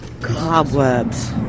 Cobwebs